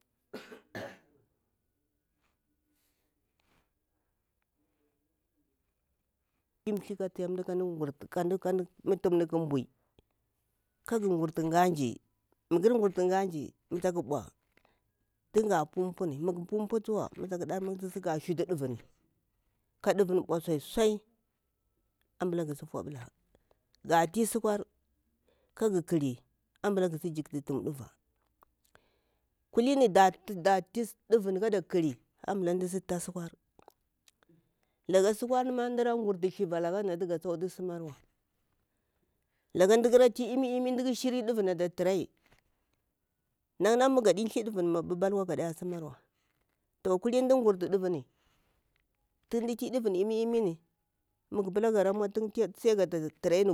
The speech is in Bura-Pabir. kan vutu imi ata u kam mdu gurtu ghaji mah ghar gurtu ghaji mu tsak ɓau tunga pu puni mu tsak da satu ga shutu ni ka ɗavuni ɓau sosai abula gha fauɓula ga ti sukwar ambula kala ƙili kagu si jiktu tuwum diva kulinri da ti ɗuva ambula ka mdasi ti sukwar laka sukwarni ma mda ra kurtu thiva laga natu ga tsuk tu simawa laka mda ƙara ti imi imi mda ƙa shiri ata paranti nana na mu gaɗi thi ɗuvuni ɓaɓalwa gaɗata sumawa to kulini mda gurtu ɗuvuni imi imi mu ga pita gara mau tun tsiyaga gwak ata hara turaini